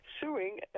suing